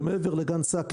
זה מעבר לגן סאקר,